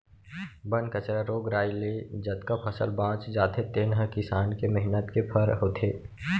बन कचरा, रोग राई ले जतका फसल बाँच जाथे तेने ह किसान के मेहनत के फर होथे